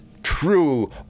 true